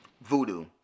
Voodoo